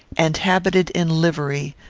and habited in livery,